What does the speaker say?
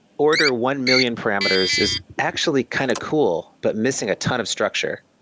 order one million parameters is actually kind of cool, but missing a ton of structure.